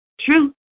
True